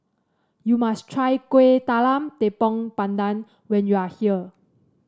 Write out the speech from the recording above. you must try Kueh Talam Tepong Pandan when you are here